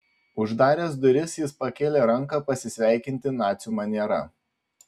uždaręs duris jis pakėlė ranką pasisveikinti nacių maniera